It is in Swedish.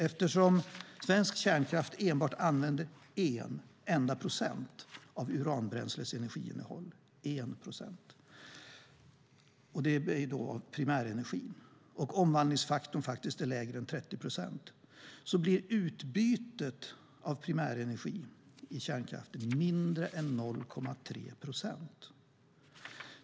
Eftersom svensk kärnkraft enbart använder en enda procent av uranbränslets energiinnehåll, det vill säga av primärenergin, och omvandlingsfaktorn är lägre än 30 procent blir utbytet mindre än 0,3 procent av primärenergin i kärnkraften.